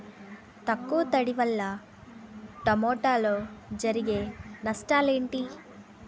తక్కువ తడి వల్ల టమోటాలో జరిగే నష్టాలేంటి?